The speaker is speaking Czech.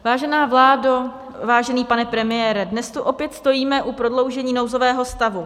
Vážená vládo, vážený pane premiére, dnes tu opět stojíme u prodloužení nouzového stavu.